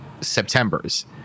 Septembers